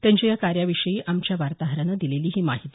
त्यांच्या या कार्याविषयी आमच्या वार्ताहरानं दिलेली ही माहिती